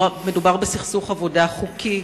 מדובר בסכסוך עבודה חוקי,